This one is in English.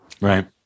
right